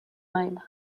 même